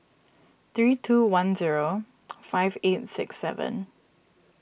three two one zero five eight six seven